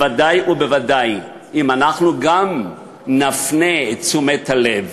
בוודאי ובוודאי אם גם אנחנו נפנה את תשומת הלב,